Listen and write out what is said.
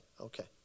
okay